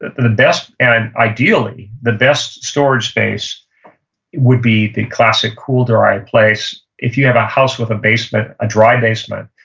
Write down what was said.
the best and ideally the best storage space would be the classic cool, dry place. if you have a house with a basement, a dry basement,